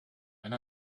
and